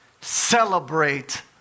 celebrate